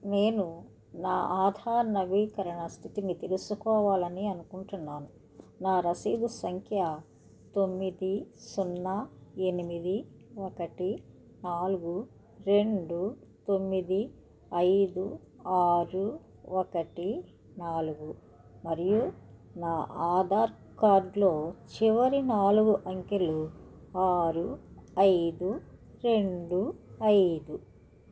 నేను నా ఆధార్ నవీకరణ స్థితిని తెలుసుకోవాలని అనుకుంటున్నాను నా రసీదు సంఖ్య తొమ్మిది సున్నా ఎనిమిది ఒకటి నాలుగు రెండు తొమ్మిది ఐదు ఆరు ఒకటి నాలుగు మరియు నా ఆధార్ కార్డ్లో చివరి నాలుగు అంకెలు ఆరు ఐదు రెండు ఐదు